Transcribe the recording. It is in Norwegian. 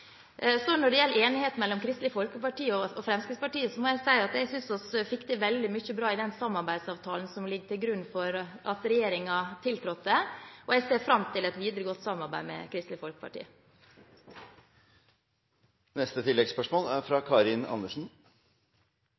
Når det gjelder enighet mellom Kristelig Folkeparti og Fremskrittspartiet, må jeg si at jeg synes vi fikk til veldig mye bra i den samarbeidsavtalen som ligger til grunn for at regjeringen tiltrådte, og jeg ser fram til et videre godt samarbeid med Kristelig Folkeparti. Karin Andersen – til oppfølgingsspørsmål. Mat er